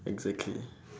exactly